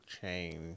change